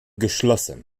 geschlossen